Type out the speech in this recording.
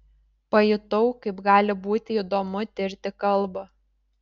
pajutau kaip gali būti įdomu tirti kalbą